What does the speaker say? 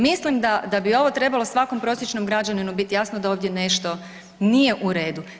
Mislim da bi ovo trebalo svakom prosječnom građaninu bit jasno da ovdje nešto nije u redu.